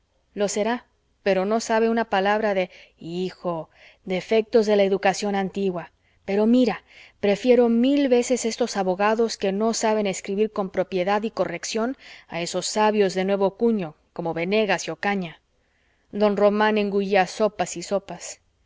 lo será pero no sabe una palabra de hijo defectos de la educación antigua pero mira prefiero mil veces estos abogados que no saben escribir con propiedad y corrección a esos sabios de nuevo cuño como venegas y ocaña don román engullía sopas y sopas